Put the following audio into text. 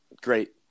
great